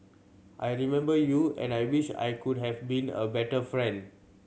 I remember you and I wish I could have been a better friend